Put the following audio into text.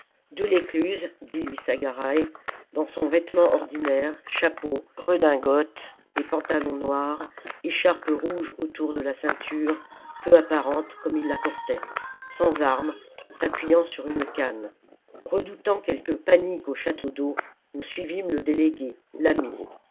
delescluze dit lissagaray dans son vêtement ordinaire chapeau redingote et pantalon noirs écharpe rouge autour de la ceinture peu apparente comme il la portait sans armes s'appuyant sur une canne redoutant quelque panique au château-d'eau nous suivîmes le délégué l'ami